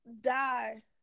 die